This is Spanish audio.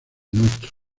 ntro